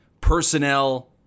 personnel